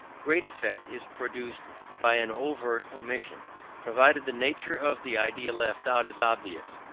great effect is produced by an overt omission provided the nature of the idea left out is obvious.